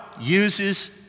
uses